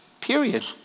Period